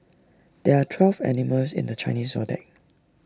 there are twelve animals in the Chinese Zodiac